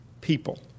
people